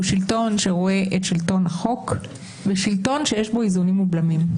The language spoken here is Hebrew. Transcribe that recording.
הוא שלטון שרואה את שלטון החוק ושלטון שיש בו איזונים ובלמים.